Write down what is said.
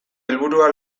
helburua